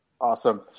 Awesome